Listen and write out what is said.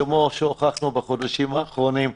כמו שהוכחנו בחודשים האחרונים,